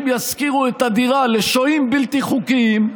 ישכירו את הדירה לשוהים בלתי חוקיים,